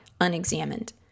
unexamined